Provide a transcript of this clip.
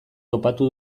topatu